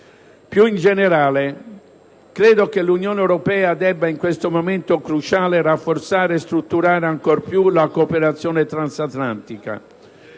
Più in generale, credo che l'Unione europea debba, in questo momento cruciale, rafforzare e strutturare ancor più la cooperazione transatlantica.